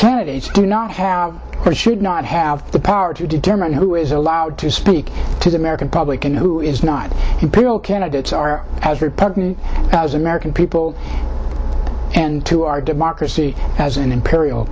candidates do not have should not have the power to determine who is allowed to speak to the american public and who is not in peril candidates are as repugnant american people and to our democracy as an imperial